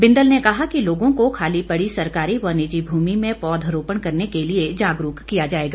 बिंदल ने कहा कि लोगों को खाली पड़ी सरकारी व निजी भूमि में पौध रोपण करने के लिए जागरूक किया जाएगा